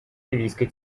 ливийской